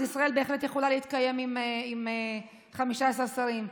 אז ישראל בהחלט יכולה להתקיים עם 15 שרים.